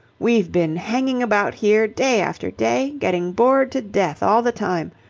we've been hanging about here day after day, getting bored to death all the time.